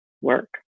work